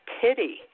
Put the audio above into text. pity